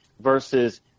versus